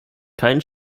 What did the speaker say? keinen